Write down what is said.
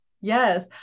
yes